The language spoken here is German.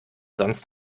sonst